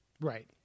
Right